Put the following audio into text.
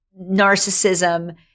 narcissism